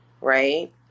right